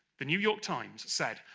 the new york times said,